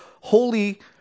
holy